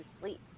sleep